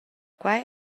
quei